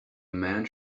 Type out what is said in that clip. man